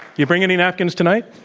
you bring any napkins tonight?